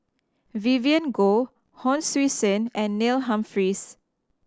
Vivien Goh Hon Sui Sen and Neil Humphreys